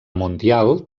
mundial